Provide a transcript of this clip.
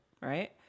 right